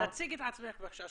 תציגי את עצמך, בבקשה.